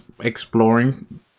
exploring